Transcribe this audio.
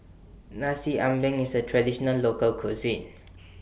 Nasi Ambeng IS A Traditional Local Cuisine